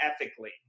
ethically